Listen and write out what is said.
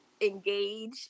engage